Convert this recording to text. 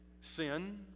sin